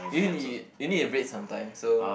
you need a bed sometime so